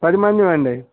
పది మందిమీ అండి